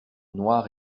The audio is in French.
noir